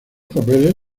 papeles